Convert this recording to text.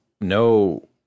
no